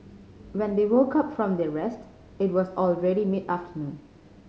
when they woke up from their rest it was already mid afternoon